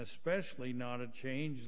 especially not a change